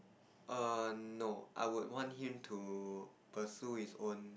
err no I would want him to pursue his own